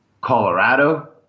Colorado